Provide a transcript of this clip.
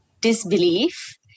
disbelief